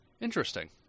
Interesting